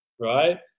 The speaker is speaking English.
right